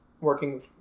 working